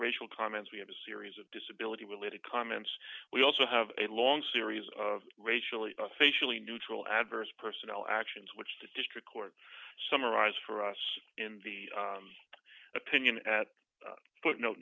racial comments we have a series of disability related comments we also have a long series of racially officially neutral adverse personal actions which the district court summarize for us in the opinion at